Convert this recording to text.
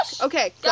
Okay